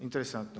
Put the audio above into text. Interesantno.